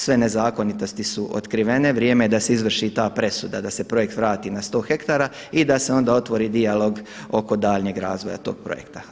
Sve nezakonitosti su otkrivene, vrijeme je da se izvrši ta presuda, da se projekt vrati na 100 hektara i da se onda otvori dijalog oko daljnjeg razvoja tog projekta.